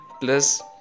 plus